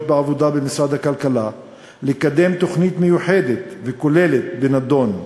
בעבודה במשרד הכלכלה לקדם תוכנית מיוחדת וכוללת בנדון,